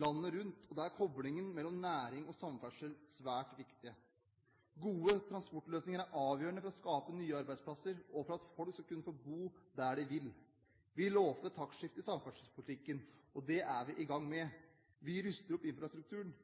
landet rundt, og da er koblingen mellom næring og samferdsel svært viktig. Gode transportløsninger er avgjørende for å skape nye arbeidsplasser og for at folk skal kunne få bo der de vil. Vi lovte et taktskifte i samferdselspolitikken, og det er vi i gang med. Vi ruster opp infrastrukturen,